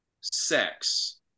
sex